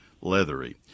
leathery